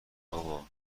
بابا